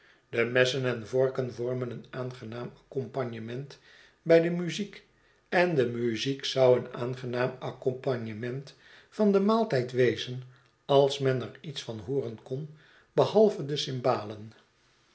de messen en vorken vormen een aangenaam aceompagnement bij de muziek en de muziek zou een aangenaam aceompagnement van den maaltijd wezen als men er iets van hooren kon behalve de cimbalen